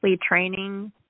training